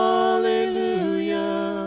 hallelujah